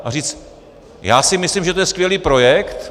A říct, já si myslím, že to je skvělý projekt...